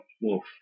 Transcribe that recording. wolf